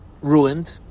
Ruined